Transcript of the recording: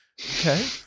Okay